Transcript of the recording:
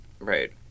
Right